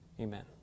Amen